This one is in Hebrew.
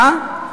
מה?